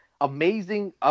amazing